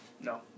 No